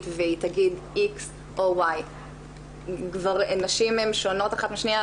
והיא תגיד X או Y. נשים הן שונות אחת מהשניה,